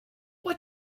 what